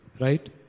Right